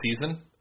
season